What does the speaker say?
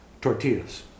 tortillas